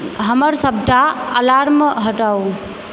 हमर सबटा अलार्म हटाऊ